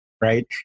right